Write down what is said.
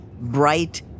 bright